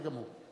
בסדר גמור.